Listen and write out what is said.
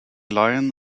lion